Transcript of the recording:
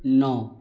नौ